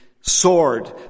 sword